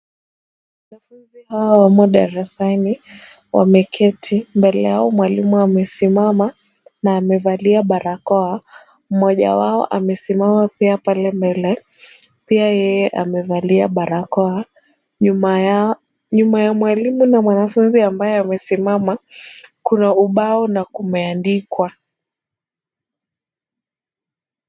Wanafunzi hawa wamo darasani wameketi, mbele yao mwalimu amesimama na amevalia barakoa. Mmoja wao amesimama pia pale mbele, pia yeye amevalia barakoa. Nyuma yao, nyuma ya mwalimu na mwanafunzi ambaye amesimama, kuna ubao na kumeandikwa.